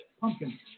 Pumpkin